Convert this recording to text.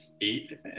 eight